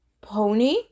Pony